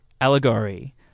allegory